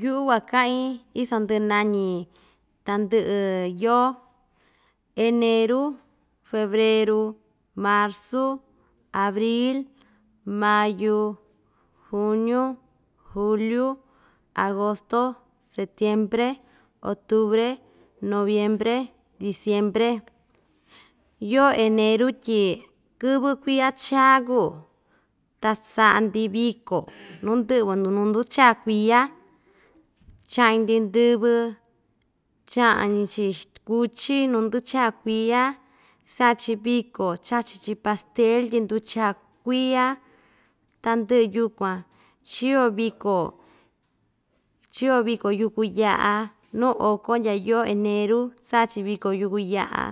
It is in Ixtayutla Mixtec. yu'u kuaka'in iso ndɨ nañi tandɨ'ɨ yoo eneru, febreru, marzu, abril, mayu, juñu, juliu, agosto, setiembre, otubre, noviembre, diciembre yoo eneru tyi kɨvɨ kuiya chaa kuu ta sa'a‑ndi viko nu ndɨ'vɨ nu nu nducha kuiya cha'ñi‑ndi ndɨvɨ cha'ñi‑chi kuchí nu ndɨ cha kuia sa'a‑chi viko chachi‑chi pastel tyi nducha kuia tandɨ'ɨ yukuan chio viko chio viko yuku ya'a nu oko ndya yoo eneru sa'a‑chi viko yuku ya'a